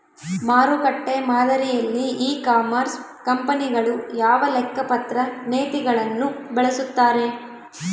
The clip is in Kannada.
ಮಾರುಕಟ್ಟೆ ಮಾದರಿಯಲ್ಲಿ ಇ ಕಾಮರ್ಸ್ ಕಂಪನಿಗಳು ಯಾವ ಲೆಕ್ಕಪತ್ರ ನೇತಿಗಳನ್ನು ಬಳಸುತ್ತಾರೆ?